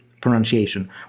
pronunciation